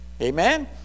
Amen